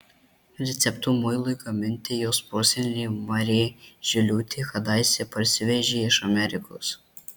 receptų muilui gaminti jos prosenelė marė žiliūtė kadaise parsivežė iš amerikos